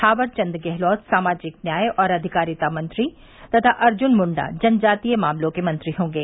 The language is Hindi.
थावर चंद गहलोत सामाजिक न्याय और अधिकारिता मंत्री तथा अर्जुन मुंडा जनजातीय मामलों के मंत्री होंगे